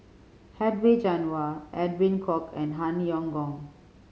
Hedwig Anuar Edwin Koek and Han Yong Hong